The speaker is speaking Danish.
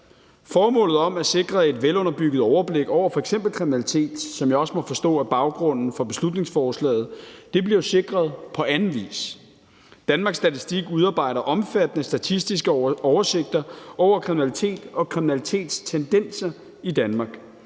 Formålet med at sikre et velunderbygget overblik over f.eks. kriminalitet, som jeg også må forstå er baggrunden for beslutningsforslaget, bliver jo sikret på anden vis. Danmarks Statistik udarbejder omfattende statistiske oversigter over kriminalitet og kriminalitetstendenser i Danmark.